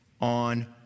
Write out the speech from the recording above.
on